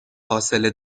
فاصله